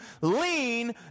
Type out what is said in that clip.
lean